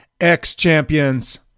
X-Champions